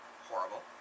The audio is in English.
horrible